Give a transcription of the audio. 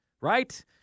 right